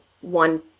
one